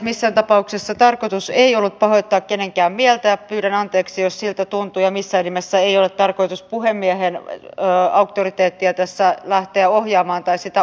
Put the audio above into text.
missään tapauksessa tarkoitus ei ollut pahoittaa kenenkään mieltä ja pyydän anteeksi jos siltä tuntui ja missään nimessä ei ole tarkoitus puhemiehen auktoriteettia tässä lähteä ohjaamaan tai sitä ohittamaan